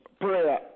Prayer